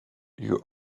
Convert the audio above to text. you